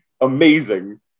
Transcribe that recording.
amazing